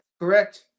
correct